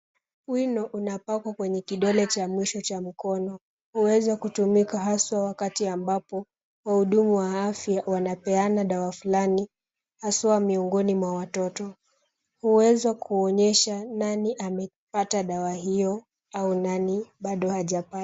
Wino unapakwa kwenye kidole cha mwisho cha mkono. Huweza kutumika haswa wakati ambapo, wahudumu wa afya wanapeana dawa fulani haswa miongoni mwa watoto. Huweza kuonyesha nani amepata dawa hiyo, au nani hajapata.